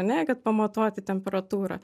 ane kad pamatuoti temperatūrą